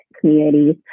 communities